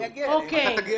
אני אגיע לזה.